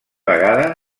vegada